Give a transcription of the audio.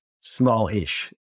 small-ish